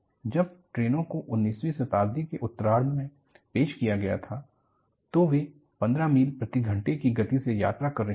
जब ट्रेनों को उन्नीसवीं शताब्दी के उत्तरार्ध में पेश किया गया था तो वे 15 मील प्रति घंटे की गति से यात्रा कर रहीं थीं